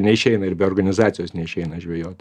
neišeina ir be organizacijos neišeina žvejot